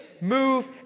move